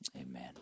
Amen